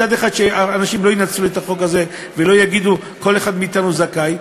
מצד אחד שאנשים לא ינצלו את החוק הזה ולא יגידו: כל אחד מאתנו זכאי,